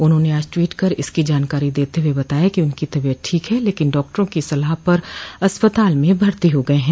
उन्होंने आज ट्वीट कर इसकी जानकारी देते हुए बताया कि उनकी तबियत ठीक है लेकिन डॉक्टरों की सलाह पर अस्पताल में भर्ती हो गये हैं